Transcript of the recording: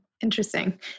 Interesting